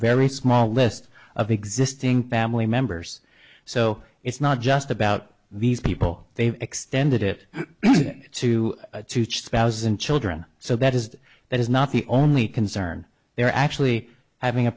very small list of existing family members so it's not just about these people they've extended it to spouses and children so that is that is not the only concern there actually having a